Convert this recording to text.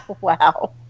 wow